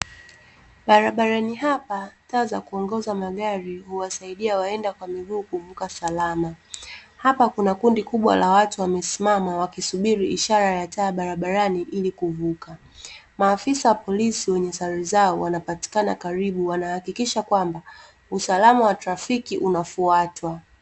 Barabarani hapa taa za kuongoza magari huwasaidia waenda kwa miguu kuvuka salama. Hapa kuna kundi kubwa la watu wamesimama, wakisubiri ishara ya taa barabarani ili kuvuka. Maafisa wa polisi wenye sare zao wanapatikana karibu wanahakikisha kwamba usalama wa trafiki unafuatwa.